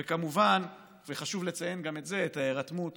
וכמובן, וחשוב לציין גם את זה, ההירתמות